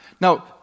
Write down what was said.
Now